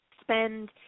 spend